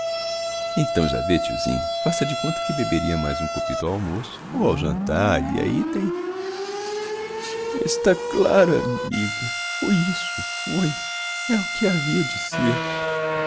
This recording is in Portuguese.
então já vê tiozinho faça de conta que beberia mais um copito ao almoço ou ao jantar e ahi tem está claro amigo foi isso foi é o que havia de ser